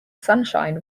sunshine